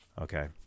okay